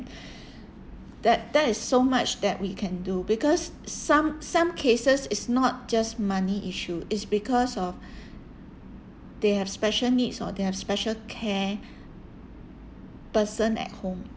that there is so much that we can do because some some cases it's not just money issue it's because of they have special needs or they have special care person at home